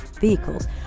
vehicles